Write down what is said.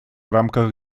рамках